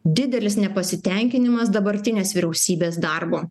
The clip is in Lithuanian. didelis nepasitenkinimas dabartinės vyriausybės darbu